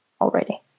already